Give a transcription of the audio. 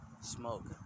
smoke